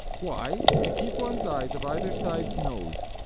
why, to keep one's eyes of either side's nose,